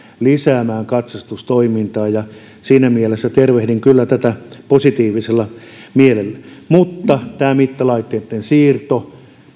lisäämään katsastustoimintaan ja siinä mielessä tervehdin kyllä tätä positiivisella mielellä mutta tämä mittalaitteitten siirto